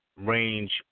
range